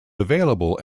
available